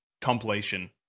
compilation